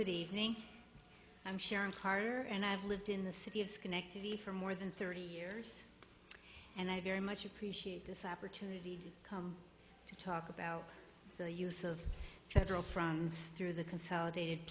good evening i'm sharon harder and i've lived in the city of schenectady for more than thirty years and i very much appreciate this opportunity to talk about the use of federal funds through the consolidated